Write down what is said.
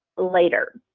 later.